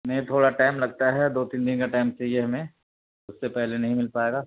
نہیں تھوڑا ٹائم لگتا ہے دو تین دِن کا ٹائم چاہیے ہمیں اُس سے پہلے نہیں مل پائے گا